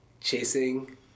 chasing